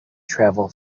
travel